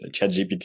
ChatGPT